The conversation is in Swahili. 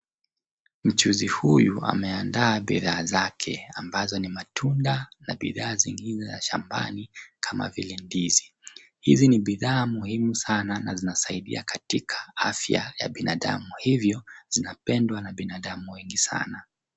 Mchuuzi huyu ameandaa bidhaa zake ambazo ni matunda na bidhaa zingine za shambani kama vile ndizi. Hizi ni bidhaa muhimu sana na zinasaidia katika afya ya binadamu hivyo zinapendwa na binadamu wengi sana.